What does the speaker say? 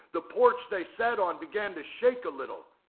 the porch they sat on began to shake a little.